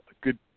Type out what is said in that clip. good